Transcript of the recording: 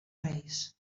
reis